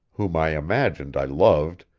whom i imagined i loved,